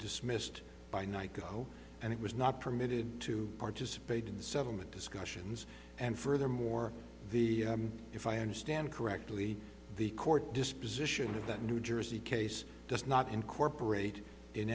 dismissed by knight co and it was not permitted to participate in the settlement discussions and furthermore the if i understand correctly the court disposition of that new jersey case does not incorporate in